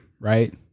right